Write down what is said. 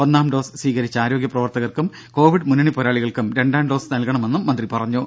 ഒന്നാം ഡോസ് സ്വീകരിച്ച ആരോഗ്യ പ്രവർത്തകർക്കും കോവിഡ് മുന്നണി പോരാളികൾക്കും രണ്ടാം ഡോസ് നൽകണമെന്നും മന്ത്രി പറഞ്ഞു